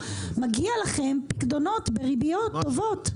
מגיעים לכם פיקדונות בריביות טובות.